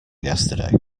yesterday